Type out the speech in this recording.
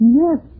yes